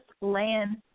land